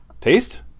Taste